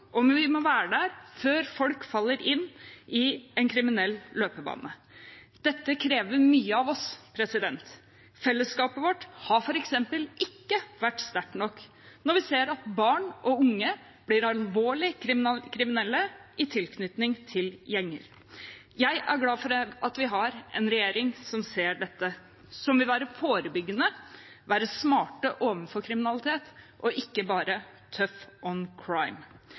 og vi må være der før folk faller inn i en kriminell løpebane. Dette krever mye av oss. Fellesskapet vårt har f.eks. ikke vært sterkt nok når vi ser at barn og unge blir alvorlig kriminelle i tilknytning til gjenger. Jeg er glad for at vi har en regjering som ser dette, som vil være forebyggende og smart overfor kriminalitet og ikke bare